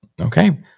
Okay